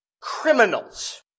criminals